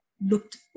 looked